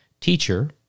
Teacher